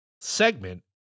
segment